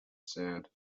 sand